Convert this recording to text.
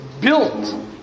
built